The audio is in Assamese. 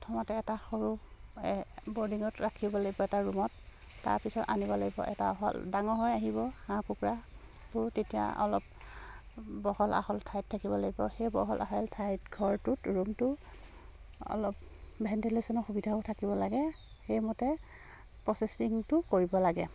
প্ৰথমতে এটা সৰু বৰ্ডিঙত ৰাখিব লাগিব এটা ৰুমত তাৰপিছত আনিব লাগিব এটা হল ডাঙৰ হৈ আহিব হাঁহ কুকুৰাবোৰ তেতিয়া অলপ বহল আহল ঠাইত থাকিব লাগিব সেই বহল আহল ঠাইত ঘৰটোত ৰুমটো অলপ ভেণ্টিলেশ্যনৰ সুবিধাও থাকিব লাগে সেইমতে প্ৰচেচিংটো কৰিব লাগে